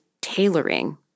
tailoring